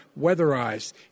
weatherized